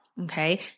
Okay